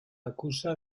acusa